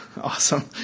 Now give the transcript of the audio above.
Awesome